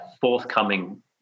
forthcoming